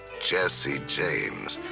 jesse james,